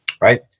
right